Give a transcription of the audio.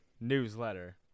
newsletter